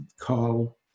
call